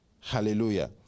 Hallelujah